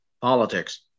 politics